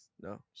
No